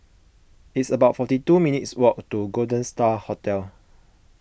it's about forty two minutes' walk to Golden Star Hotel